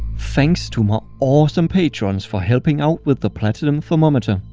thanks to my awesome patrons for helping out with the platinum thermometer.